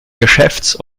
geschäfts